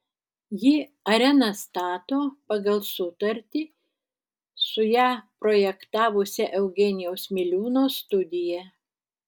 ji areną stato pagal sutartį su ją projektavusia eugenijaus miliūno studija